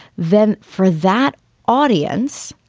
then for that audience,